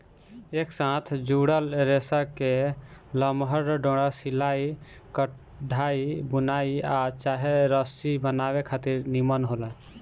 एक साथ जुड़ल रेसा के लमहर डोरा सिलाई, कढ़ाई, बुनाई आ चाहे रसरी बनावे खातिर निमन होला